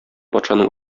патшаның